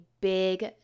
big